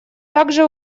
также